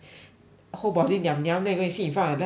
whole body niam niam then you go and sit in front of your laptop